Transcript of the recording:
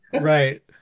right